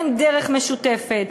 אין דרך משותפת.